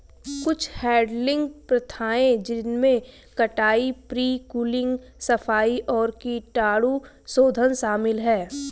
कुछ हैडलिंग प्रथाएं जिनमें कटाई, प्री कूलिंग, सफाई और कीटाणुशोधन शामिल है